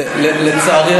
לצערי,